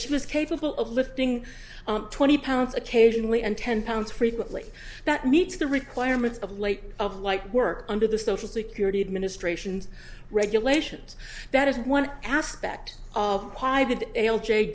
she was capable of lifting twenty pounds occasionally and ten pounds frequently that meets the requirements of late of light work under the social security administration's regulations that is one aspect